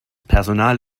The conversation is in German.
personal